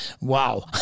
wow